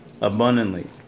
abundantly